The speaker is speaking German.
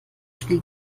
spiel